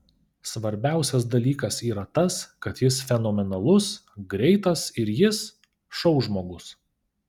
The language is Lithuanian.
svarbiausias dalykas yra tas kad jis fenomenalus greitas ir jis šou žmogus